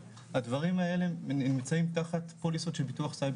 הדברים האלה נמצאים תחת כל יסוד של ביטוח סייבר